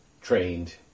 trained